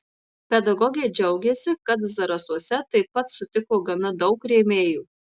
pedagogė džiaugėsi kad zarasuose taip pat sutiko gana daug rėmėjų